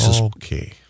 Okay